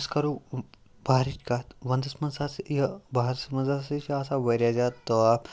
أسۍ کَرو بہارٕچ کَتھ وَندَس منٛز ہَسا یہِ بہارَس منٛز ہَسا چھِ آسان واریاہ زیادٕ تاپھ